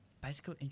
bicycle